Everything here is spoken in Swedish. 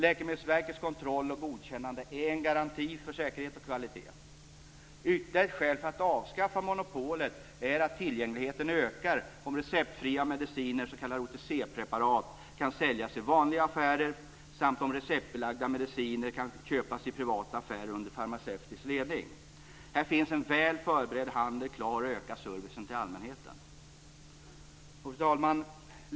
Läkemedelsverkets kontroll och godkännande är en garanti för säkerhet och kvalitet. Ytterligare ett skäl för att avskaffa monopolet är att tillgängligheten ökar om receptfria mediciner, s.k. OTC-preparat, kan säljas i vanliga affärer samt om receptbelagda mediciner kan köpas i privata affärer under farmaceutisk ledning. Här finns en väl förberedd handel klar för att öka servicen till allmänheten. Fru talman!